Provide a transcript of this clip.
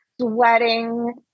sweating